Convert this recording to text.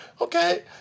Okay